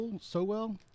Sowell